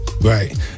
Right